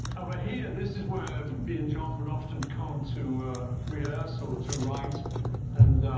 over here, this is where me and john would often come to rehearsal to write and,